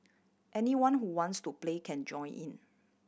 anyone who wants to play can join in